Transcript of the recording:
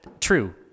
true